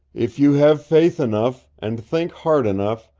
if you have faith enough, and think hard enough,